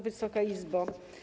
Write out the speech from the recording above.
Wysoka Izbo!